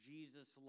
Jesus